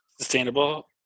Sustainable